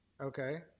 Okay